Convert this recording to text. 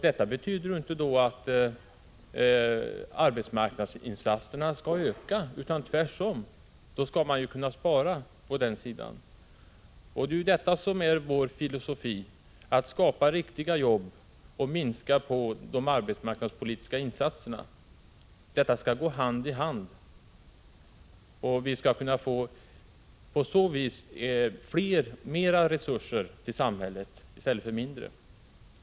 Detta betyder inte attrarbetsmarknadsinsatserna skall öka, utan tvärtom, man skulle härigenom spara in pengar. Vår filosofi är således att man skall skapa riktiga jobb och minska de arbetsmarknadspolitiska insatserna. Detta skall gå hand i hand. På detta sätt skulle samhället tillföras mer resurser i stället för mindre.